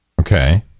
Okay